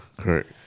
Correct